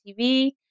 TV